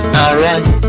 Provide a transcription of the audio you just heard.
alright